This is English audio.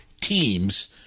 teams